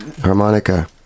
harmonica